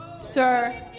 Sir